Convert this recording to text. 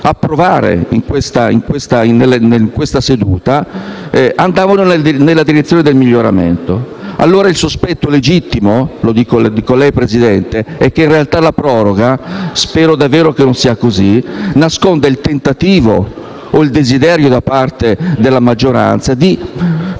approvare in questa seduta, andavano nella direzione del miglioramento. Il sospetto legittimo - lo dico a lei, Presidente - è che in realtà la proroga - ma spero davvero che non sia così - nasconda il tentativo o il desiderio da parte della maggioranza non